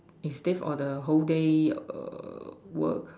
is stay the whole day err work